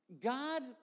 God